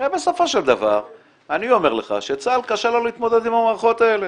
בסופו של דבר אני אומר לך שלצה"ל קשה להתמודד עם המערכות האלה